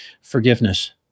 forgiveness